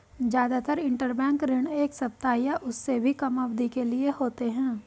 जादातर इन्टरबैंक ऋण एक सप्ताह या उससे भी कम अवधि के लिए होते हैं